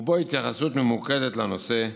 ובו התייחסות ממוקדת לנושא,